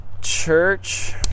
Church